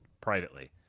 privately